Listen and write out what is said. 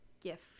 gift